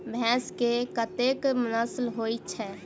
भैंस केँ कतेक नस्ल होइ छै?